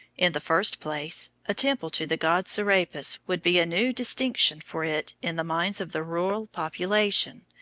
in the first place, a temple to the god serapis would be a new distinction for it in the minds of the rural population,